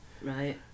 Right